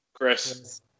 Chris